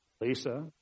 Lisa